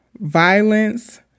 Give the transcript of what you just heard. violence